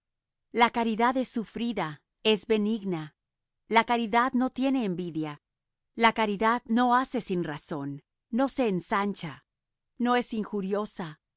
la caridad es sufrida es benigna la caridad no tiene envidia la caridad no hace sinrazón no se ensancha no es injuriosa no